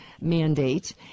mandate